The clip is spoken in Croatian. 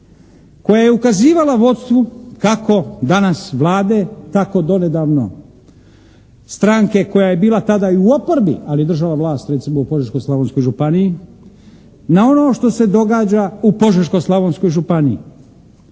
koja je ukazivala vodstvu kako danas Vlade tako donedavno stranke koja je bila tada i u oporbi, ali je držala vlast recimo u Požeško-Slavonskoj županiji na ono što se događa u Požeško-Slavonskoj županiji.